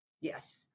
Yes